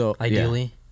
ideally